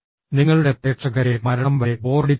നിങ്ങളുടെ പ്രേക്ഷകരെ മരണം വരെ ബോറടിപ്പിക്കുക